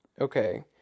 Okay